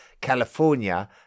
california